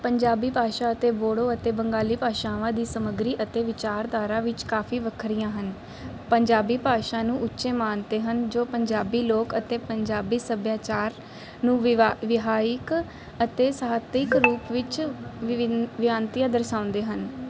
ਪੰਜਾਬੀ ਭਾਸ਼ਾ ਅਤੇ ਬੋਡੋ ਅਤੇ ਬੰਗਾਲੀ ਭਾਸ਼ਾਵਾਂ ਦੀ ਸਮੱਗਰੀ ਅਤੇ ਵਿਚਾਰਧਾਰਾ ਵਿੱਚ ਕਾਫੀ ਵੱਖਰੀਆਂ ਹਨ ਪੰਜਾਬੀ ਭਾਸ਼ਾ ਨੂੰ ਉੱਚੇ ਮਾਨਤੇ ਹਨ ਜੋ ਪੰਜਾਬੀ ਲੋਕ ਅਤੇ ਪੰਜਾਬੀ ਸੱਭਿਆਚਾਰ ਨੂੰ ਵਿਵਾ ਵਿਹਾਰਕ ਅਤੇ ਸਾਹਿਤਕ ਰੂਪ ਵਿੱਚ ਵਿਭਿੰਨ ਬੇਨਤੀਆਂ ਦਰਸਾਉਂਦੇ ਹਨ